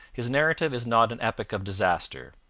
his narrative is not an epic of disaster.